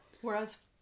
whereas